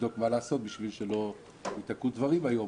לבדוק מה לעשות בשביל שלא ייתקעו דברים היום.